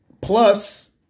plus